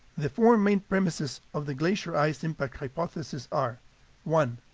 the four main premises of the glacier ice impact hypothesis are one.